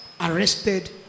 arrested